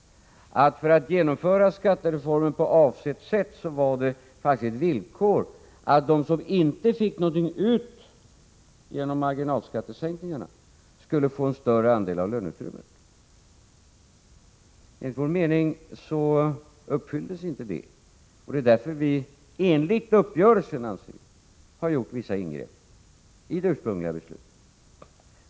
För att genomföra skattereformen på avsett sätt var det faktiskt ett villkor att de som inte fick ut någonting av marginalskattesänkningen skulle få en större Enligt vår mening uppfylldes inte detta villkor. Därför har vi i enlighet med uppgörelsen gjort vissa ingrepp i det ursprungliga beslutet.